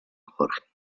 jorge